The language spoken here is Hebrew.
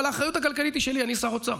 אבל האחריות הכלכלית היא שלי, אני שר האוצר.